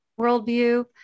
worldview